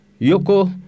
yoko